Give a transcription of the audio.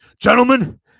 gentlemen